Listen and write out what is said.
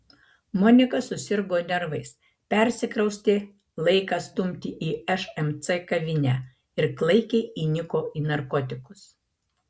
monika susirgo nervais persikraustė laiką stumti į šmc kavinę ir klaikiai įniko į narkotikus